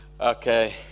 Okay